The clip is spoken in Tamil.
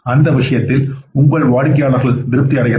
அந்த விஷயத்தில் உங்கள் வாடிக்கையாளர்கள் திருப்தி அடைகிறார்கள்